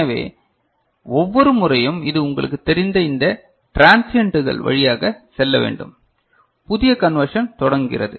எனவே ஒவ்வொரு முறையும் இது உங்களுக்குத் தெரிந்த இந்த டிரான்ஷியண்டுகள் வழியாக செல்ல வேண்டும் புதிய கண்வேர்ஷன் தொடங்குகிறது